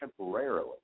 temporarily